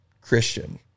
Christian